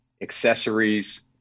accessories